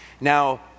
Now